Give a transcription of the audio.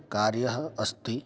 कार्यम् अस्ति